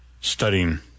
studying